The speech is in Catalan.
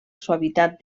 suavitat